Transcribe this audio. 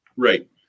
Right